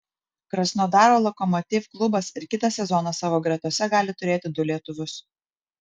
krasnodaro lokomotiv klubas ir kitą sezoną savo gretose gali turėti du lietuvius